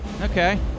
Okay